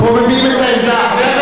פה מביעים את העמדה.